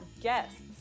guests